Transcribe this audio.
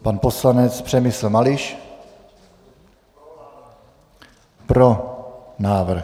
Pan poslanec Přemysl Mališ: Pro návrh.